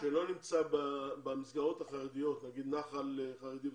שלא נמצא במסגרות החרדיות כמו נח"ל חרדי,